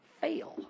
fail